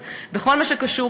אז בכל מה שקשור,